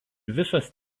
visos